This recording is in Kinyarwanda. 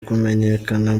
kumenyekana